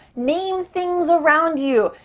name things around you.